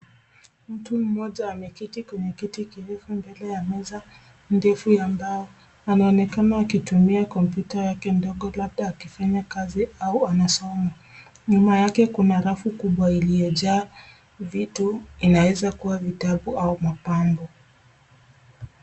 Mtu mmoja ameketi kwenye kiti kirefu mbele ya meza ndefu ya mbao. Anaonekana akitumia kompyuta yake ndogo labda akifanya kazi au anasoma. Nyuma yake kuna rafu kubwa iliyojaa vitu inaweza kuwa vitabu au mapambo.